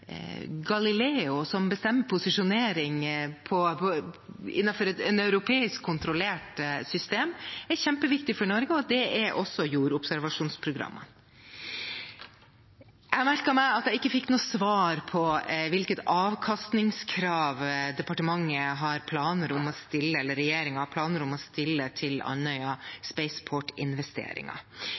Galileo, som bestemmer posisjonering innenfor et europeisk kontrollert system, er kjempeviktig for Norge, og det er også jordobservasjonsprogrammene. Jeg merket meg at jeg ikke fikk noe svar på hvilket avkastningskrav regjeringen har planer om å stille til Andøya Spaceport-investeringen. Det ble besvart med at Andøya